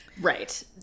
Right